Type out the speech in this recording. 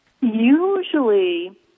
Usually